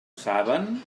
saben